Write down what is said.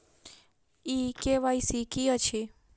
ई KYC की अछि?